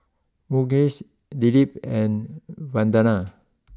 Mukesh Dilip and Vandana